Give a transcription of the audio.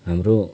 हाम्रो